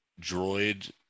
droid